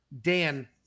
Dan